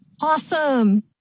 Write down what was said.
Awesome